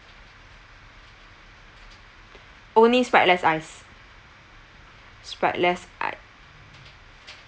only sprite less ice sprite less ic~